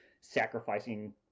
sacrificing